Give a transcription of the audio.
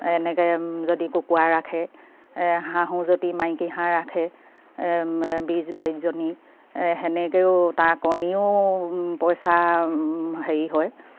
এনেকে যদি কুকুৰা ৰাখে হাঁহো যদি মাইকী হাঁহ ৰাখে বিছ বাইছজনী সেনেকেও তাৰ কণীও পইচা হেৰি হয়